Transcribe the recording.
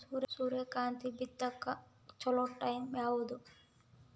ಸೂರ್ಯಕಾಂತಿ ಬಿತ್ತಕ ಚೋಲೊ ಟೈಂ ಯಾವುದು?